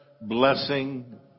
blessing